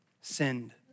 sinned